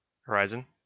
Horizon